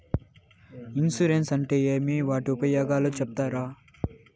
Insurance అంటే ఏమి? వాటి ఉపయోగాలు సెప్తారా?